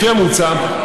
לפי המוצע,